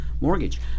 mortgage